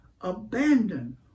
abandon